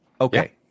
okay